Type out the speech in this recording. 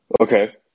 Okay